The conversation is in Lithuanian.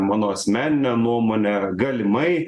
mano asmenine nuomone galimai